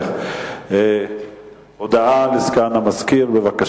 13, אין מתנגדים ואין נמנעים.